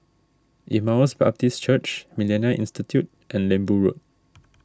Emmaus Baptist Church Millennia Institute and Lembu Road